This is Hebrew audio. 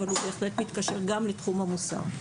אבל הוא בהחלט מתקשר גם לתחום המוסר.